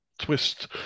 twist